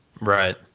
right